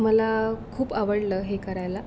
मला खूप आवडलं हे करायला